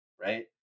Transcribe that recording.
right